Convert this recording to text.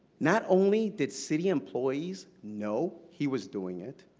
not only did city employees know he was doing it,